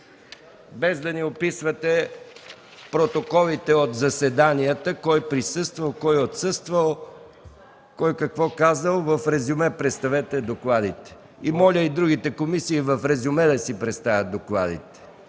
без да ни описвате протоколите от заседанията – кой присъствал, кой отсъствал, кой какво казал. Представете докладите в резюме. Моля и другите комисии да представят докладите